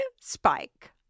Spike